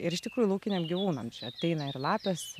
ir iš tikrųjų laukiniam gyvūnam čia ateina ir lapės